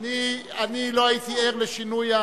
אני לא הייתי ער לשינוי,